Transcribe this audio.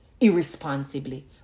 irresponsibly